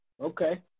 Okay